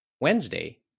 Wednesday